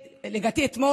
או שפשוט המשפחה לא תקבל.